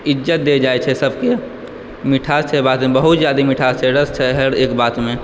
इज्जत देल जाइत छै सभके मिठास छै बाजयमे बहुत जादे मिठास छै रस छै हर एक बातमे